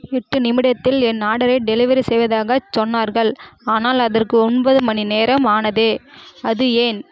எட்டு நிமிடத்தில் என் ஆர்டரை டெலிவெரி செய்வதாகச் சொன்னார்கள் ஆனால் அதற்கு ஒன்பது மணி நேரம் ஆனதே அது ஏன்